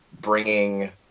bringing